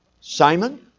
Simon